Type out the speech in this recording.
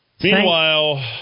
Meanwhile